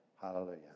Hallelujah